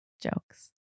Jokes